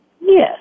Yes